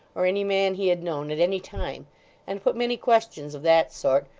or any man he had known at any time and put many questions of that sort,